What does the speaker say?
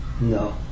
No